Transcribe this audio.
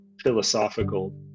philosophical